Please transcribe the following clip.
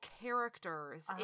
characters